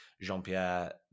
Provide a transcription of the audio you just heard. Jean-Pierre